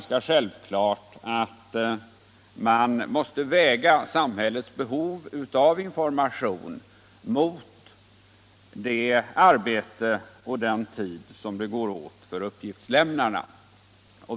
Självfallet måste man väga samhällets behov av information mot det arbete och den tid som går åt för uppgiftslämnarna.